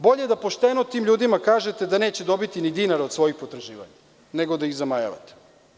Bolje da pošteno kažete tim ljudima da neće dobiti ni dinar od svojih potraživanja, nego da ih zamajavate.